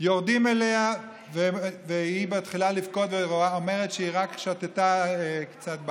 יורדים אליה והיא מתחילה לבכות ואומרת שהיא רק שתתה קצת ברד.